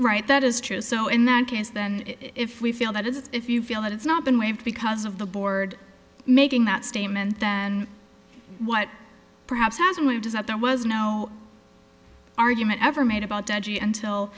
right that is true so in that case then if we feel that is if you feel that it's not been waived because of the board making that statement then what perhaps has been moved is that there was no argument ever made about dodgy until